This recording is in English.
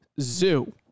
zoo